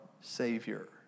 Savior